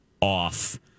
off